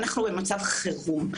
אנחנו במצב חירום.